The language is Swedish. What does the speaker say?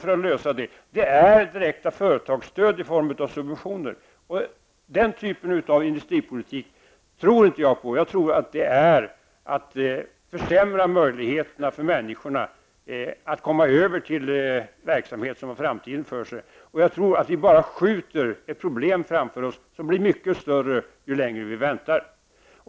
Den enda lösningen på det är ett direkt företagsstöd i form av subventioner, och jag tror inte på den typen av industripolitik. Det är att försämra möjligheterna för människorna att komma över till verksamheter som har framtiden för sig. Då skjuter vi bara problemet framför oss -- ett problem som blir större ju längre vi väntar.